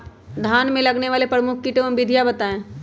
धान में लगने वाले प्रमुख कीट एवं विधियां बताएं?